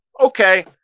Okay